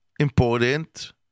Important